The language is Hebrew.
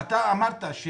אתה דיברת על